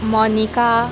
Monica